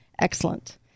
Excellent